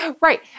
right